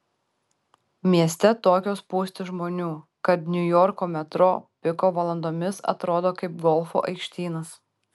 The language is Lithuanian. mieste tokios spūstys žmonių kad niujorko metro piko valandomis atrodo kaip golfo aikštynas